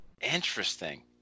interesting